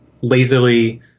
lazily